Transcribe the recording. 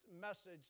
message